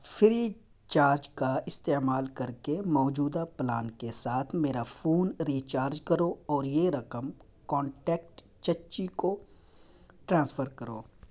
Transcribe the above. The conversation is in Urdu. فری چارج کا استعمال کر کے موجودہ پلان کے ساتھ میرا فون ریچارج کرو اور یہ رقم کانٹیکٹ چچی کو ٹرانسفر کرو